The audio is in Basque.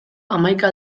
hamaika